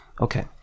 Okay